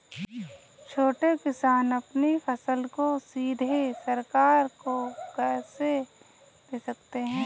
छोटे किसान अपनी फसल को सीधे सरकार को कैसे दे सकते हैं?